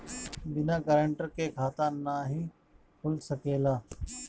बिना गारंटर के खाता नाहीं खुल सकेला?